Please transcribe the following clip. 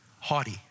haughty